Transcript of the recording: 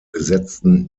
besetzten